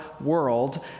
world